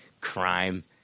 crime